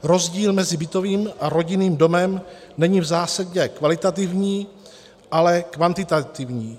Rozdíl mezi bytovým a rodinným domem není v zásadě kvalitativní, ale kvantitativní.